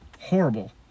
Horrible